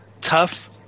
Tough